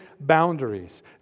boundaries